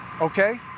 okay